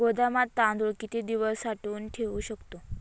गोदामात तांदूळ किती दिवस साठवून ठेवू शकतो?